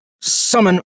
summon